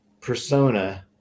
persona